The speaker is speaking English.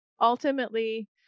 ultimately